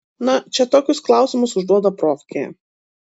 na čia tokius klausimus užduoda profkėje